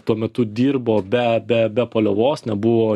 tuo metu dirbo be be be paliovos nebuvo